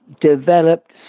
developed